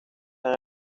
han